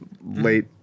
Late